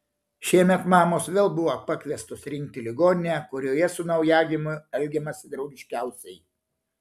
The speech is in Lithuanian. šiemet mamos vėl buvo pakviestos rinkti ligoninę kurioje su naujagimiu elgiamasi draugiškiausiai